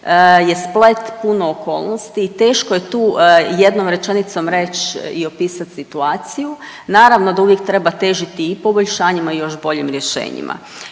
je splet puno okolnosti i teško je tu jednom rečenicom reći i opisat situaciju. Naravno da uvijek treba težiti i poboljšanjima i još boljim rješenjima.